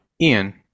Ian